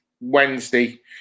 Wednesday